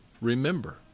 remember